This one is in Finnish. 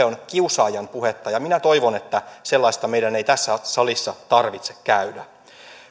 on kiusaajan puhetta ja minä toivon että sellaista meidän ei tässä salissa tarvitse käydä